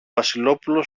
βασιλόπουλο